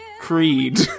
creed